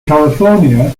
california